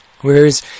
Whereas